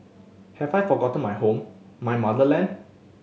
have I forgotten my home my motherland